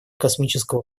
космического